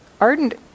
Ardent